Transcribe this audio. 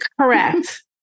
Correct